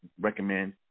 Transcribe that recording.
recommend